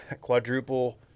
Quadruple